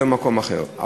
אלא במקום אחר.